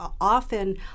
Often